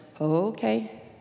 Okay